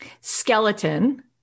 skeleton